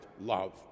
love